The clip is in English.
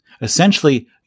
Essentially